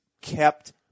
kept